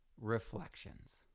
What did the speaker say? Reflections